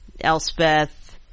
Elspeth